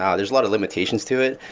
um there's lot of limitations to it.